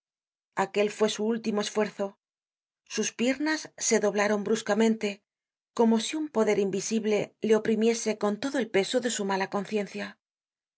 aquel fue su último esfuerzo sus piernas se doblaron bruscamente como si un poder invisible le oprimiese con todo el peso de su mala conciencia